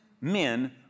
men